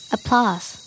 Applause